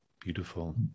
beautiful